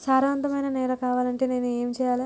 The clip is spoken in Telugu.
సారవంతమైన నేల కావాలంటే నేను ఏం చెయ్యాలే?